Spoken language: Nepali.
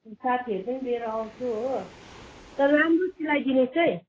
साथीहरू पनि लिएर आउँछु हो तर राम्रो सिलाइदिनुहोस् है